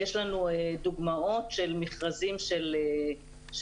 יש לנו דוגמאות של מכרזים של מנה"ר,